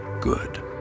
good